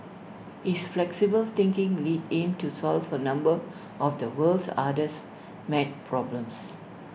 his flexible thinking led him to solve A number of the world's hardest math problems